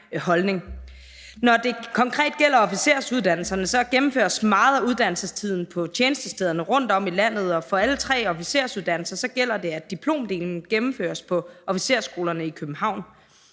Når det konkret gælder officersuddannelserne, gennemføres meget af uddannelsestiden på tjenestestederne rundtom i landet, og for alle tre officersuddannelser gælder det, at diplomdelen gennemføres på officersskolerne i København.